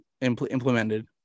implemented